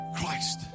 Christ